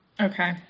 Okay